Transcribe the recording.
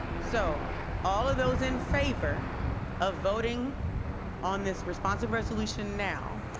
so all of those in favor of voting on this responsive resolution now,